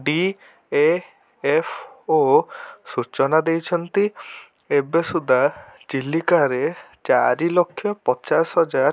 D A F O ସୂଚନା ଦେଇଛନ୍ତି ଏବେ ସୁଧା ଚିଲିକାରେ ଚାରିଲକ୍ଷ ପଚାଶ ହଜାର